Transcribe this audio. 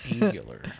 Angular